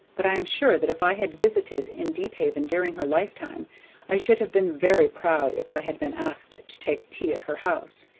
but i am sure that if i had visited in deephaven during her lifetime i should have been very proud if i had been asked to take tea at her house,